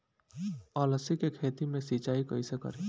अलसी के खेती मे सिचाई कइसे करी?